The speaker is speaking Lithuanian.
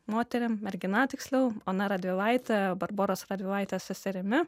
moterim mergina tiksliau ona radvilaite barboros radvilaitės seserimi